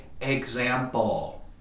example